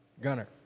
Gunner